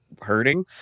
hurting